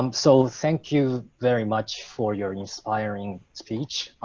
um so thank you very much for your inspiring speech.